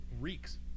reeks